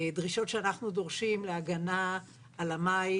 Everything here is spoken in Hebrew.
דרישות שאנחנו דורשים להגנה על המים,